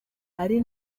ari